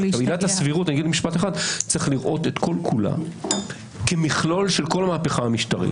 בעילת הסבירות צריך לראות את כל כולה כמכלול של כל המהפכה המשטרית,